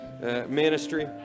ministry